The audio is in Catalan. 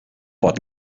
pot